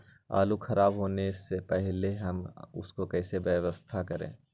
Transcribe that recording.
आलू खराब होने से पहले हम उसको क्या व्यवस्था करें?